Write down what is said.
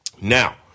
Now